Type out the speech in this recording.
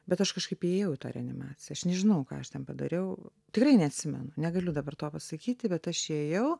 bet aš kažkaip įėjau į tą reanimaciją aš nežinau ką aš ten padariau tikrai neatsimenu negaliu dabar to pasakyti bet aš įėjau